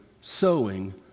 sowing